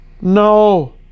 no